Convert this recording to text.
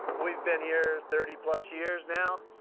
we've been here thirty plus years now,